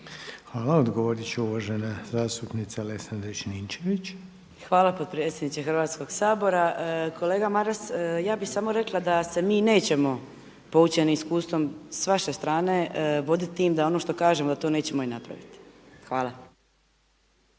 Hvala. Odgovorit će uvažena zastupnica Lesandrić-Ninčević. **Ninčević-Lesandrić, Ivana (MOST)** Hvala potpredsjedniče Hrvatskog sabora. Kolega Maras, ja bi samo rekla da se mi nećemo poučeni iskustvom s vaše strane, voditi tim da ono što kažemo da to nećemo i napraviti. Hvala.